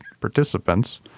participants